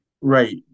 Right